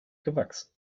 gewachsen